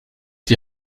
die